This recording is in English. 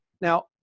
Now